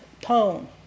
tone